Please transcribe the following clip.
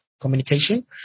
communication